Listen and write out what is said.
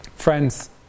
Friends